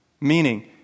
Meaning